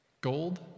Gold